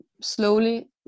slowly